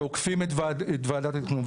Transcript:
ועוקפים את הוועדות התכנון.